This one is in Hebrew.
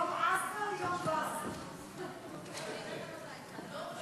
יום עסל, יום בסל.